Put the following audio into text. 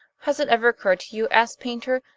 has it ever occurred to you, asked paynter,